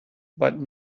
but